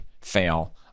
fail